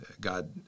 God